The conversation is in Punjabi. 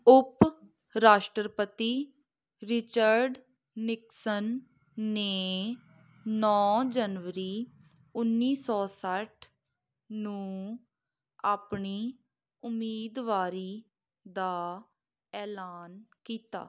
ਉਪ ਰਾਸ਼ਟਰਪਤੀ ਰਿਚਰਡ ਨਿਕਸਨ ਨੇ ਨੌਂ ਜਨਵਰੀ ਉੱਨੀ ਸੋ ਸੱਠ ਨੂੰ ਆਪਣੀ ਉਮੀਦਵਾਰੀ ਦਾ ਐਲਾਨ ਕੀਤਾ